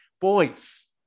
boys